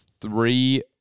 three